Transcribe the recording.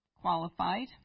qualified